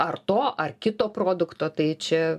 ar to ar kito produkto tai čia